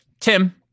Tim